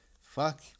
fuck